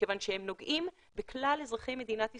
כיוון שהם נוגעים בכלל אזרחי מדינת ישראל,